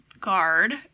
guard